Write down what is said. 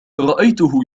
رأيته